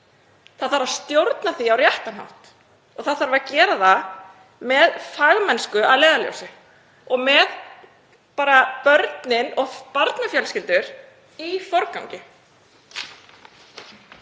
Það þarf að stjórna því á réttan hátt og það þarf að gera það með fagmennsku að leiðarljósi og með börnin og barnafjölskyldur í forgangi.